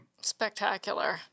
Spectacular